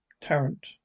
Tarrant